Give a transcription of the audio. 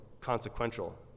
consequential